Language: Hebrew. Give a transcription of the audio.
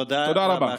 תודה רבה.